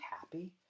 happy